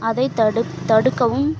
அதை தடு தடுக்கவும்